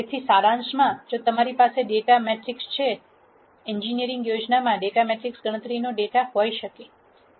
તેથી સારાંશમાં જો તમારી પાસે ડેટા મેટ્રિક્સ છે એન્જિનિયરિંગ યોજનામાં ડેટા મેટ્રિક્સ ગણતરીનો ડેટા હોઈ શકે છે